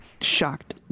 shocked